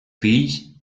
fills